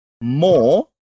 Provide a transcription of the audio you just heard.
more